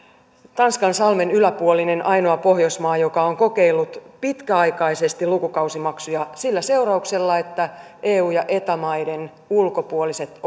tanskansalmen yläpuolinen ainoa pohjoismaa joka on kokeillut pitkäaikaisesti lukukausimaksuja sillä seurauksella että eu ja eta maiden ulkopuoliset